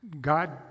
God